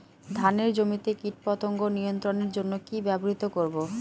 ধানের জমিতে কীটপতঙ্গ নিয়ন্ত্রণের জন্য কি ব্যবহৃত করব?